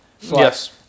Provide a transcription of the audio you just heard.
Yes